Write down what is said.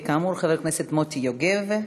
כאמור, חבר הכנסת מוטי יוגב.